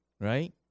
right